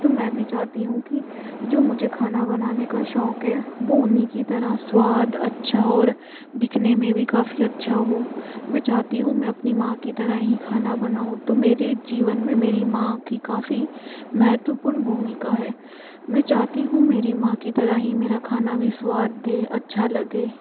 तो मैं भी चाहती हूँ कि जो मुझे खाना बनाने का शौक़ है वो उन्ही की तरह स्वाद अच्छा और दिखने में भी काफी अच्छा हो मैं चाहती हूँ मैं अपनी माँ की तरह ही खाना बनाऊँ तो मेरे जीवन में मेरी माँ की काफी महत्वपूर्ण भूमिका है मैं चाहती हूँ मेरी माँ की तरह ही मेरा खाना भी स्वाद दे अच्छा लगे